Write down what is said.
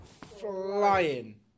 flying